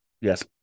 Yes